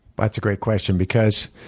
that's a great question because